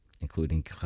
including